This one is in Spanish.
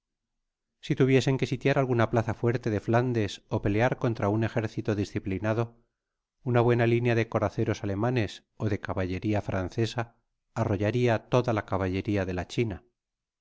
si tuviesen que sitiar alguna plaza fuerte de fl andes ó pelear contra un ejército disciplinado una buena linea de coraceros alemanes ó de caballeria francesa arrollaria toda la caballeria de la china